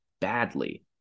badly